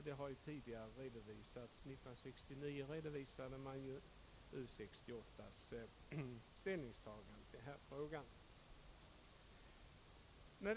Det har tidigare redovisats; år 1969 redovisades ju U 68:s ställningstagande i denna fråga.